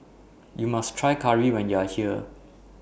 YOU must Try Curry when YOU Are here